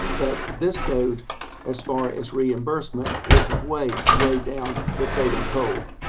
but this code as far as reimbursement is way, way down the totem pole.